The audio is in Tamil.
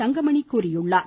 தங்கமணி தெரிவித்துள்ளார்